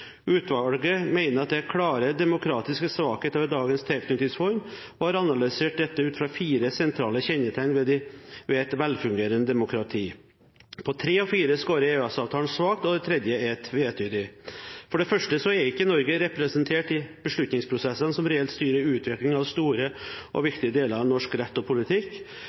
Utvalget mener at det er klare demokratiske svakheter ved dagens tilknytningsform og har analysert dette ut fra fire sentrale kjennetegn ved et velfungerende demokrati. På tre av fire scorer EØS-avtalen svakt, og det fjerde er tvetydig: For det første er ikke Norge representert i de beslutningsprosessene som reelt styrer utviklingen av store og viktige deler av norsk rett og politikk.